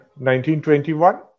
1921